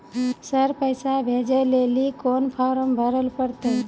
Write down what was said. Sir पैसा भेजै लेली कोन फॉर्म भरे परतै?